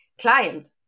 client